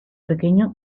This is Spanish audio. pequeño